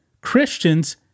Christians